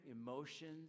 emotions